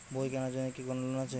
বই কেনার জন্য কি কোন লোন আছে?